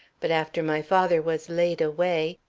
but after my father was laid away,